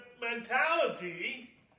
mentality